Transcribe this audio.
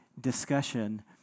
discussion